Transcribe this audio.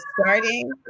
starting